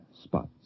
spots